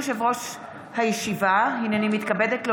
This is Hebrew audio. היא תעבור לוועדת,